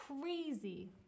crazy